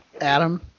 Adam